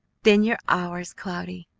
then you're ours, cloudy,